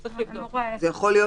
מביתו.